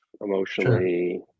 emotionally